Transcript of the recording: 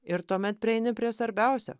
ir tuomet prieini prie svarbiausio